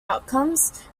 outcomes